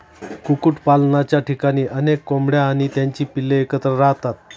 कुक्कुटपालनाच्या ठिकाणी अनेक कोंबड्या आणि त्यांची पिल्ले एकत्र राहतात